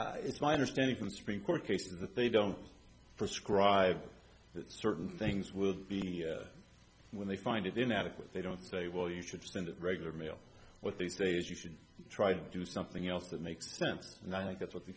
that's it's my understanding from supreme court cases that they don't prescribe certain things will be when they find it inadequate they don't say well you should spend it regular mail what they say is you should try to do something else that makes sense and i think that's what the